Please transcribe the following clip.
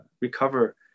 recover